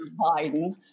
Biden